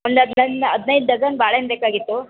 ಒಂದು ಹದ್ನೈದು ಡಝನ್ ಬಾಳೆಹಣ್ಣು ಬೇಕಾಗಿತ್ತು